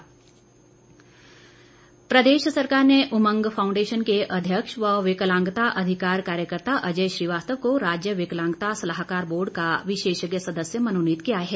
अजय श्रीवास्तव प्रदेश सरकार ने उमंग फाउंडेशन के अध्यक्ष व विकलांगता अधिकार कार्यकर्त्ता अजय श्रीवास्तव को राज्य विकलांगता सलाहकार बोर्ड का विशेषज्ञ सदस्य मनोनीत किया है